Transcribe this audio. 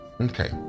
okay